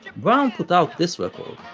brown put out this record,